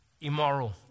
immoral